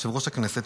יושב-ראש הקואליציה,